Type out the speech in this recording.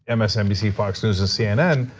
and msnbc, fox news, and cnn.